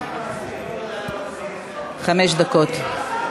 חמש דקות.